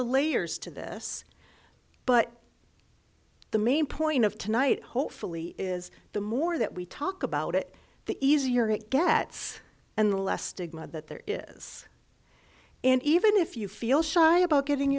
a layers to this but the main point of tonight hopefully is the more that we talk about it the easier it gets and the less stigma that there is and even if you feel shy about g